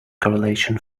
correlation